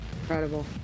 incredible